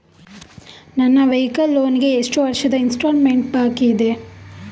ನನ್ನ vehicle loan ಗೆ ಎಷ್ಟು ವರ್ಷದ ಇನ್ಸ್ಟಾಲ್ಮೆಂಟ್ ಬಾಕಿ ಇದೆ?